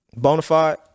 Bonafide